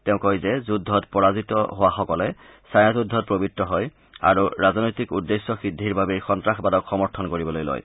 তেওঁ কয় যে যুদ্ধত পৰাজিত হোৱা সকলে ছাঁয়াযুদ্ধত প্ৰবত্ত হয় আৰু ৰাজনৈতিক উদ্দেশ্য সিদ্ধিৰ বাবেই সন্নাসবাদক সমৰ্থন কৰিবলৈ লয়